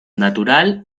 natural